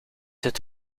het